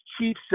chief